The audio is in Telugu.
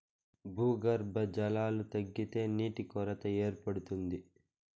భూగర్భ జలాలు తగ్గితే నీటి కొరత ఏర్పడుతుంది